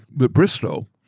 but bristow,